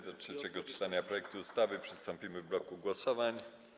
Do trzeciego czytania projektu ustawy przystąpimy w bloku głosowań.